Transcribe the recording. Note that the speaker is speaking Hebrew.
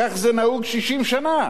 כך זה נהוג 60 שנה.